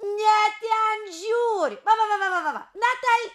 ne ten žiūri va va va va na tai